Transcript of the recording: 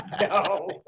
No